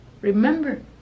remember